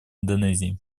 индонезии